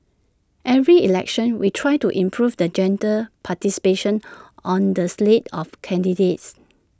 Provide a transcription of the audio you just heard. every election we try to improve the gender participation on the slate of candidates